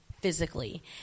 physically